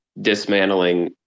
Dismantling